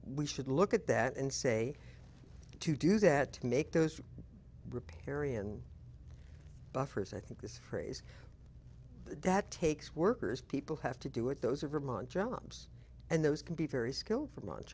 we should look at that and say to do that to make those riparian buffers i think this phrase that takes workers people have to do it those are vermont jobs and those can be very skilled for munch